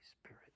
Spirit